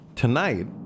Tonight